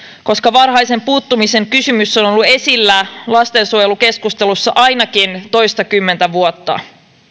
koska varhaisen puuttumisen kysymys on on ollut esillä lastensuojelukeskustelussa ainakin toistakymmentä vuotta